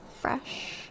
fresh